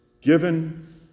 Given